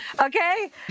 okay